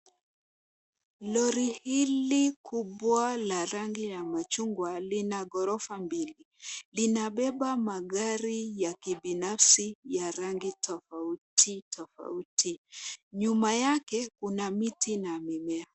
Lori hili kubwa la rangi ya machungwa, lina ghorofa mbili. Lina beba magari ya kibinafsi ya rangi tofauti tofauti .Nyuma yake kuna miti na mimea.